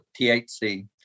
THC